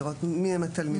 לראות מי הם התלמידים.